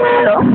hello